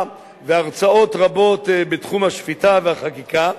ושל הרצאות רבות בתחום השפיטה והחקיקה.